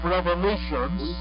Revelations